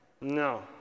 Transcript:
No